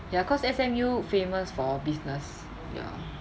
ya cause S_M_U famous for business ya